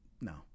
No